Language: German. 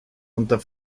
unter